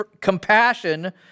compassion